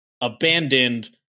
abandoned